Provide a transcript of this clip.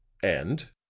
and,